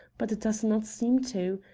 but it does not seem to.